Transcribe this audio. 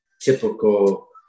typical